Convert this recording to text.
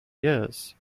years